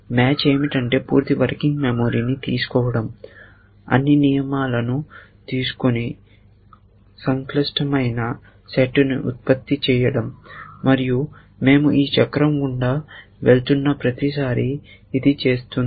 match ఏమిటంటే పూర్తి working memory ని తీసుకోవడం అన్ని నియమాల ను తీసుకొని సంక్లిష్టమైన సెట్ను ఉత్పత్తి చేయడం మరియు మేము ఈ చక్రం గుండా వెళ్తున్న ప్రతిసారీ ఇది చేస్తుంది